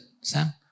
Sam